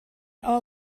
all